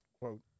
quote